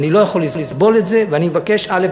אני לא יכול לסבול את זה ואני מבקש א',